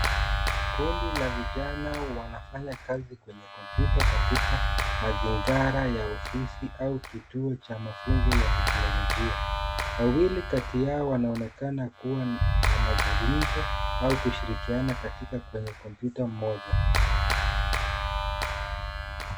Kundi la vijana wanafanya kazi kwenye kompyuta katika mazingira ya ofisi au kituo cha mafunzo ya teknolojia. Wawili kati yao wanaonekana kuwa na mazungumzo au kushirikiana katika kwenye kompyuta moja.